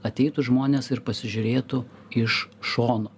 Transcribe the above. ateitų žmonės ir pasižiūrėtų iš šono